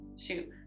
shoot